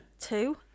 Two